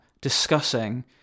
discussing